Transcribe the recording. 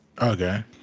Okay